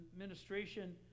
administration